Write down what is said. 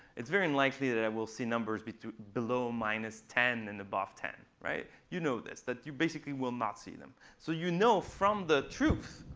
it's very unlikely that i will see numbers but below minus ten in above ten, right? you know this, that you basically will not see them. so you know from the truth,